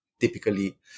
typically